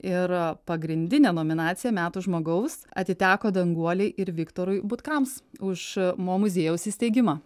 ir pagrindinė nominacija metų žmogaus atiteko danguolei ir viktorui butkams už mo muziejaus įsteigimą